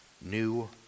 new